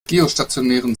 geostationären